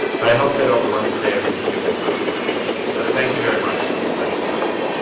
but i hope that over lunch today i've at least given you something to think about. so thank you very much, it's been a pleasure talking to